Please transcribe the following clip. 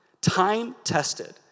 time-tested